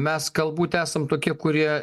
mes galbūt esam tokie kurie